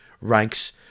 ranks